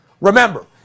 Remember